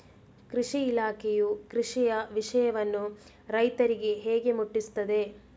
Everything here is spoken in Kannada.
ಕೃಷಿ ಇಲಾಖೆಯು ಕೃಷಿಯ ವಿಷಯವನ್ನು ರೈತರಿಗೆ ಹೇಗೆ ಮುಟ್ಟಿಸ್ತದೆ?